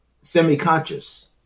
semi-conscious